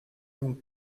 donc